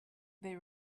they